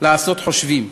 לעשות חושבים.